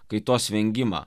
kaitos vengimą